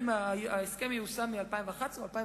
ההסכם ייושם מ-2011 או 2012,